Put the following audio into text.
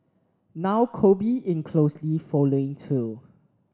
now Kobe in closely following too